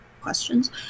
questions